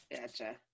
Gotcha